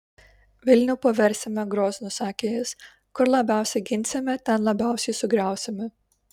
vilnių paversime groznu sakė jis kur labiausiai ginsime ten labiausiai sugriausime